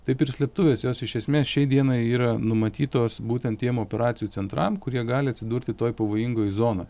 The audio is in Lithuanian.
taip ir slėptuvės jos iš esmės šiai dienai yra numatytos būtent tiem operacijų centram kurie gali atsidurti toj pavojingoj zonoj